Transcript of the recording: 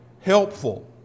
helpful